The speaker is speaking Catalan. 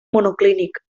monoclínic